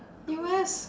U_S